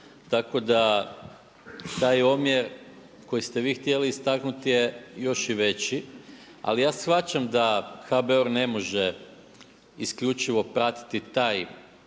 Tako da taj omjer koji ste vi htjeli istaknuti je još i veći ali ja shvaćam da HBOR ne može isključivo pratit taj ja